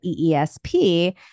EESP